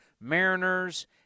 Mariners